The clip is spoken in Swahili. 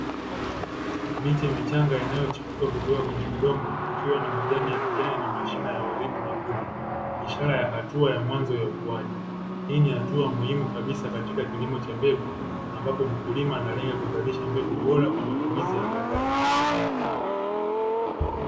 Miche michanga inayochepuka kutoka kwenye udongo ikiwa na majani ya kijani na mashina uwaridi nyekundu, ishara ya hatuna ya mwanzo ya ukuaji, hii ni hatua muhimu kabisa katika kilimo cha mbegu ambapo mkulima analenga kuzalisha mbegu bora kwa matumizi ya baadae.